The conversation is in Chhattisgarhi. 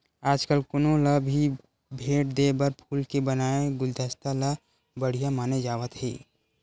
आजकाल कोनो ल भी भेट देय म फूल के बनाए गुलदस्ता ल बड़िहा माने जावत हे